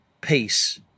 peace